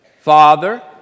Father